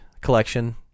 collection